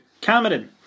Cameron